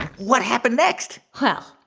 what happened next? well,